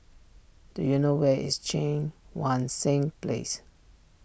do you know where is Cheang Wan Seng Place